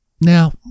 Now